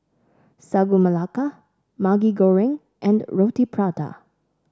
Sagu Melaka Maggi Goreng and Roti Prata